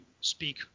speak